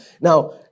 Now